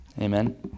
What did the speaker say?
Amen